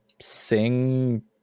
sing